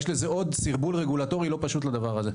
יש לזה עוד סרבול רגולטורי לא פשוט לדבר הזה.